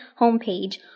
homepage